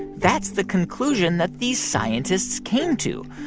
that's the conclusion that these scientists came to.